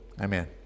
Amen